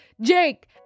Jake